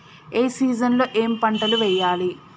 ఏ season లో ఏం పంటలు వెయ్యాలి?